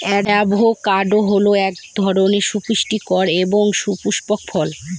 avocado হল এক ধরনের সুপুষ্টিকর এবং সপুস্পক ফল